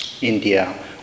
India